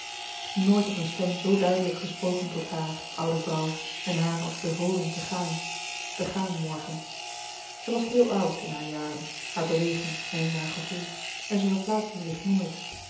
nooit had een stem zoo duidelijk gesproken tot haar oude vrouw en haar als bevolen te gaan te gaan morgen zij was heel oud in hare jaren hare beweging en in haar gevoel en zij verplaatste zich nooit